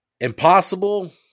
Impossible